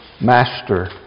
master